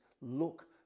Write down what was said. look